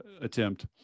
attempt